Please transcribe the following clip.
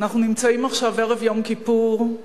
אנחנו עכשיו ערב יום כיפור,